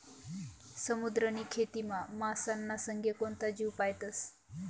समुद्रनी खेतीमा मासाना संगे कोणता जीव पायतस?